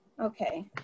Okay